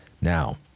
now